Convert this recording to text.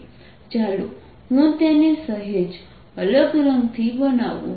ચાલો હું તેને સહેજ અલગ રંગથી બનાવું